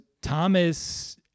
Thomas